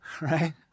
Right